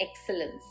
excellence